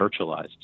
virtualized